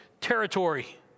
territory